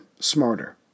smarter